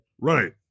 Right